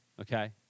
okay